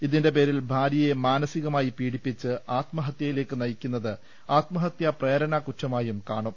ഇതിന്റെ പേരിൽ ഭാര്യയെ മാനസികമായി പീഡിപ്പിച്ച് ആത്മഹത്യയിലേക്ക് നയിക്കുന്നത് ആത്മഹത്യാ പ്രേരണാകുറ്റമായും കാണും